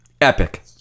epic